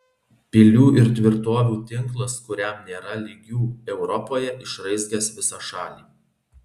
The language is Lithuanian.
pilių ir tvirtovių tinklas kuriam nėra lygių europoje išraizgęs visą šalį